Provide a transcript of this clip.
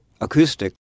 acoustic